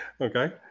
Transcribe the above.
okay